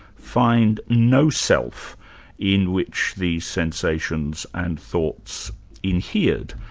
find no self in which the sensations and thoughts inhered.